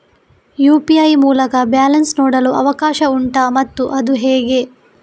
UPI ಮೂಲಕ balance ನೋಡಲು ಅವಕಾಶ ಉಂಟಾ ಮತ್ತು ಅದು ಹೇಗೆ?